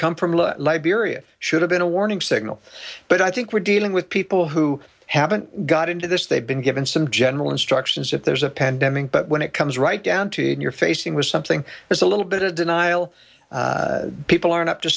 come from liberia should have been a warning signal but i think we're dealing with people who haven't got into this they've been given some general instructions if there's a pandemic but when it comes right down to it and you're facing was something there's a little bit of denial people aren't up to